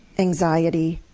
anxiety,